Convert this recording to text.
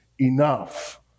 enough